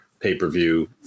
pay-per-view